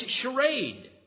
charade